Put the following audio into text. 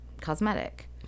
cosmetic